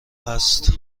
هست